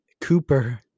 Cooper